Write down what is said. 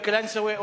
לקלנסואה,